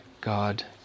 God